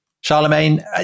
Charlemagne